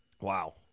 Wow